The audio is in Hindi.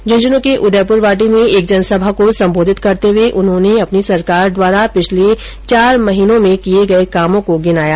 झुंझुनू के उदयपुरवाटी में एक जनसभा को संबोधित करते हुए उन्होंने अपनी सरकार द्वारा पिछले चार माह में किए कामों को गिनाया